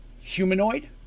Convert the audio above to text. humanoid